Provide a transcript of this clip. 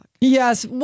Yes